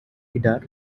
guitar